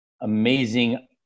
amazing